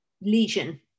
lesion